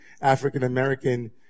African-American